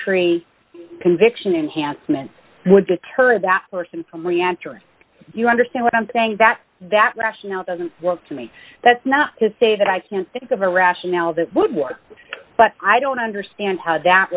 entry conviction enhancement would deter that person from reactor you understand what i'm saying that that rationale doesn't work to me that's not to say that i can't think of a rationale that would work but i don't understand how that